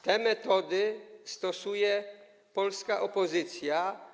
Te metody stosuje polska opozycja.